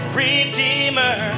redeemer